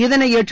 இதனை ஏற்று